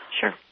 Sure